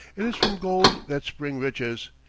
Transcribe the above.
it is from gold that spring riches!